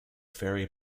fairy